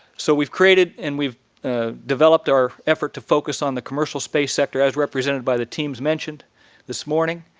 so we've created and we've ah developed our effort to focus on the commercial space sector as represented by the teams mentioned this morning.